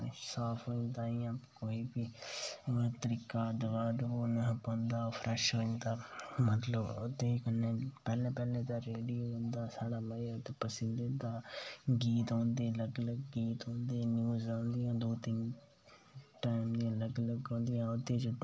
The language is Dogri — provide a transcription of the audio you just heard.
ते साफ होंदा तरीका बंदा फ्रैश रौहंदा बंदा मतलब की ओह्दे कन्नै कन्नै लब्भी गै जंदा पसीने दा गीत लबधे न अलग अलग तरीके दे अलग अलग खरां औंदियां डोगरी च बी